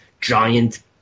giant